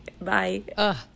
Bye